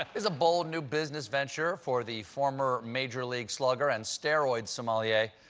is a bold new business venture for the former major league slugger and steroid sommelier.